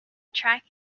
track